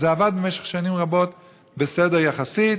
וזה עבד במשך שנים רבות בסדר יחסית,